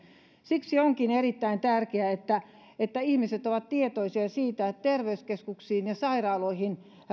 siksi onkin erittäin tärkeää että että ihmiset ovat tietoisia siitä että terveyskeskuksiin ja sairaaloihin